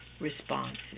responses